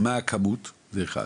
מה הכמות.